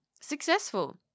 successful